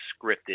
scripted